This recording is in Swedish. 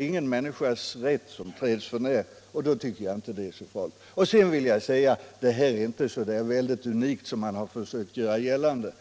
Ingen människas rätt träds för när, och då kan det inte vara så farligt att göra en ändring. En sådan här ändring är inte så unik som man har försökt göra gällande.